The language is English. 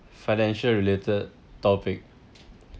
financial related topic